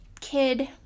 kid